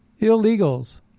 illegals